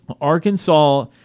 Arkansas